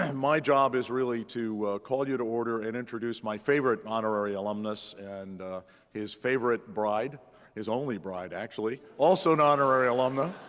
and my job is really to call you to order and introduce my favorite honorary alumnus and his favorite bride his only bride, actually also an honorary alumna.